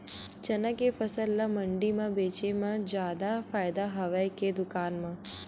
चना के फसल ल मंडी म बेचे म जादा फ़ायदा हवय के दुकान म?